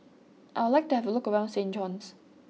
I would like to have a look around Saint John's